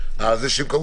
כי זה תהליך עד